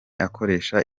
akoresha